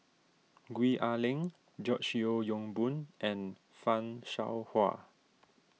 Gwee Ah Leng George Yeo Yong Boon and Fan Shao Hua